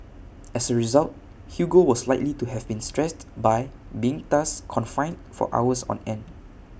as A result Hugo was likely to have been stressed by being thus confined for hours on end